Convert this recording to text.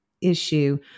issue